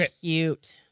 cute